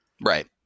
Right